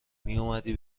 میومدی